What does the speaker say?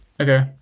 Okay